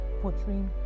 portraying